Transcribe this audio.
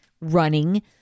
running